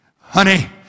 Honey